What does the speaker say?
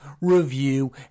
review